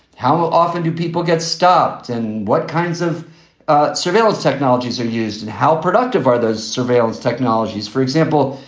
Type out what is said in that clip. how often do people get stopped and what kinds of ah surveillance technologies are used and how productive are those surveillance technologies, for example?